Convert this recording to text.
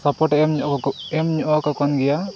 ᱥᱟᱯᱚᱴᱮ ᱮᱢ ᱧᱚᱜ ᱮᱢ ᱧᱚᱜ ᱟᱠᱚ ᱠᱟᱱ ᱜᱮᱭᱟ